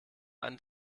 einen